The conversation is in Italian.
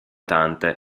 tante